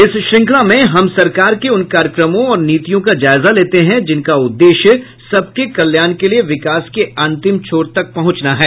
इस श्रृंखला में हम सरकार के उन कार्यक्रमों और नीतियों का जायजा लेते हैं जिनका उद्देश्य सबके कल्याण के लिए विकास के अंतिम छोर तक पहुंचना है